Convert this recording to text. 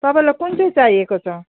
तपाईँलाई कुन चाहिँ चाहिएको छ